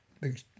big